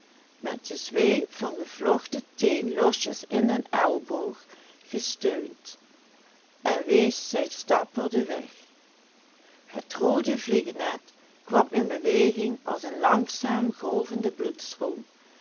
gesteund en wees zijn stapper den weg het roode vliegennet kwam in beweging als een langzaam